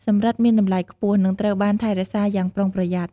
សំរឹទ្ធិមានតម្លៃខ្ពស់ និងត្រូវបានថែរក្សាយ៉ាងប្រុងប្រយ័ត្ន។